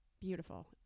Beautiful